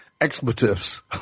expletives